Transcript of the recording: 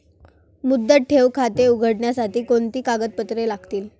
मुदत ठेव खाते उघडण्यासाठी कोणती कागदपत्रे लागतील?